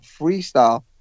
freestyle